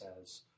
says